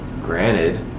Granted